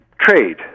trade